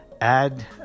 add